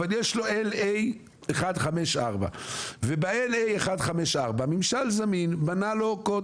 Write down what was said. יש לו LA154. וב-LA154 ממשל זמין בנה לו קוד